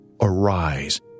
arise